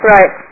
Right